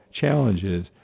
challenges